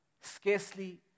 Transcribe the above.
Scarcely